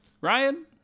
Ryan